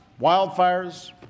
wildfires